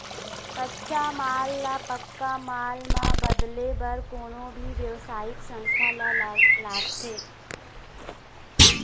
कच्चा माल ल पक्का माल म बदले बर कोनो भी बेवसायिक संस्था ल लागथे